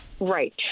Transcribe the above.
Right